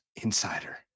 insider